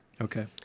Okay